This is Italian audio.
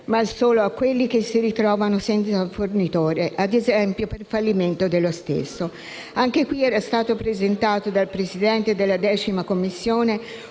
ma solo a quelli che si ritrovano senza fornitore, ad esempio per fallimento dello stesso. Anche qui era stato presentato dal Presidente della 10ª Commissione